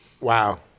Wow